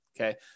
Okay